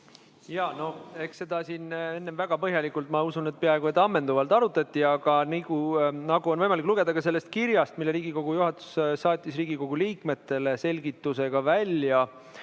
Eks seda siin enne väga põhjalikult, ma usun, et peaaegu ammendavalt arutati, aga nagu on võimalik lugeda ka sellest kirjast, mille Riigikogu juhatus saatis Riigikogu liikmetele selgituseks,